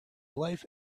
life